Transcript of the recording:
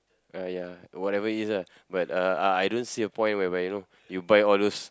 uh ya whatever it is ah but uh I I don't see a point whereby you know you buy all those